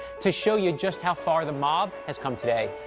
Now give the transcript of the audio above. to show you just how far the mob has come today.